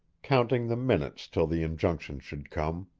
counting the minutes till the injunction should come.